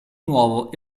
nuovo